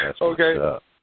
Okay